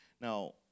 Now